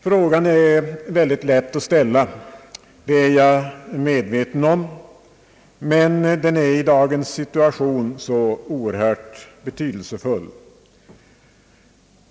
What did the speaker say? Frågan är mycket lätt att ställa — det är jag medveten om — men den är i dagens situation oerhört betydelsefull.